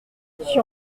sur